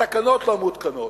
התקנות לא מותקנות.